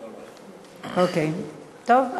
אוקיי, טוב.